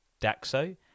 daxo